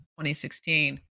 2016